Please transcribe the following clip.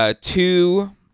two